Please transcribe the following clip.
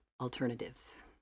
alternatives